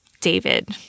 David